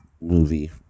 movie